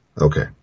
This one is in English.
Okay